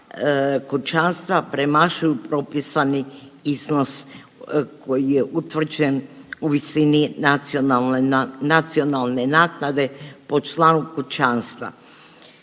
kućanstva premašuju propisani iznos koji je utvrđen u visini nacionalne, nacionalne naknade po članu kućanstva.